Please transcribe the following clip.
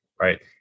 Right